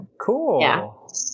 Cool